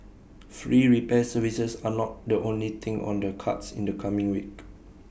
free repair services are not the only thing on the cards in the coming week